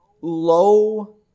low